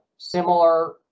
Similar